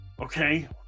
Okay